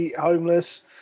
homeless